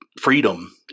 freedom